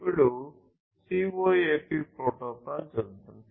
ఇప్పుడు CoAP protocol చూద్దాం